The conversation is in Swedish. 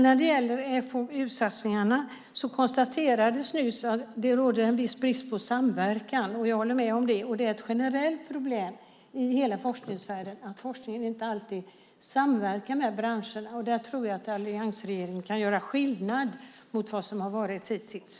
När det gäller FoU-satsningarna konstaterades nyss att det råder en viss brist på samverkan. Jag håller med om det. Det är ett generellt problem i hela forskningsvärlden att forskningen inte alltid samverkar med branscherna. Där tror jag att alliansregeringen kan göra skillnad mot vad som har varit hittills.